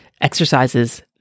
exercises